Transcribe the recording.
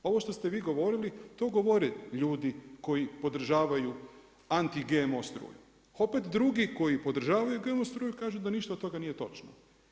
Ovo što ste vi govorili, to govore ljudi koji podržavaju anti GMO struju, opet drugi koji podržavaju GMO struju kažu da ništa od toga nije točno.